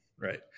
Right